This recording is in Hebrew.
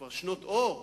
כבר שנות אור.